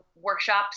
workshops